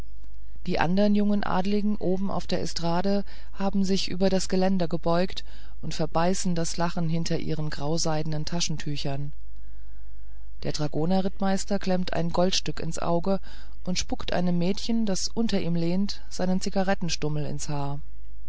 die andern jungen adligen oben auf der estrade haben sich über das geländer gebeugt und verbeißen das lachen hinter ihren grauseidenen taschentüchern der dragonerrittmeister klemmt ein goldstück ins auge und spuckt einem mädchen das unter ihm lehnt seinen zigarettenstummel ins haar